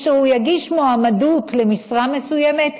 כאשר הוא יגיש מועמדות למשרה מסוימת,